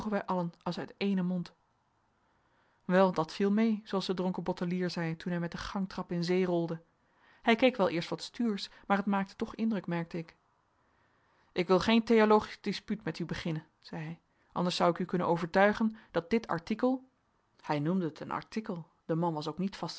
als uit éénen mond wel dat viel mee zooals de dronken bottelier zei toen hij met de gangtrap in zee rolde hij keek wel eerst wat stuursch maar het maakte toch indruk merkte ik ik wil geen theologisch dispuut met u beginnen zei hij anders zou ik u kunnen overtuigen dat dit artikel hij noemde het een artikel de man was ook niet vast